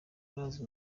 urazi